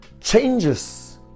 changes